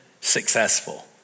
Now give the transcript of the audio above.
successful